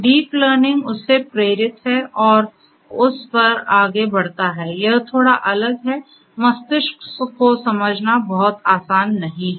deep learning उससे प्रेरित है और उस पर आगे बढ़ता है यह थोड़ा अलग है मस्तिष्क को समझना बहुत आसान नहीं है